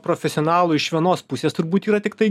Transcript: profesionalui iš vienos pusės turbūt yra tiktai